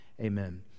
Amen